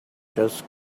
just